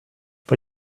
but